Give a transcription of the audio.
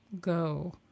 go